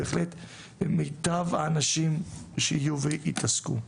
בהחלט מיטב האנשים שיהיו ויתעסקו.